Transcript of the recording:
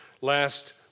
last